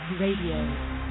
Radio